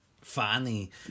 Funny